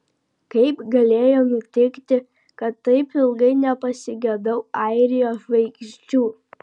kaip galėjo nutikti kad taip ilgai nepasigedau airijos žvaigždžių